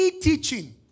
teaching